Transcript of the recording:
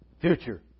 Future